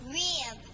rib